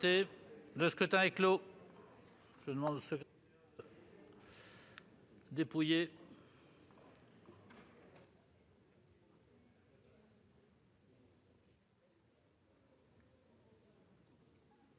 Le scrutin est clos.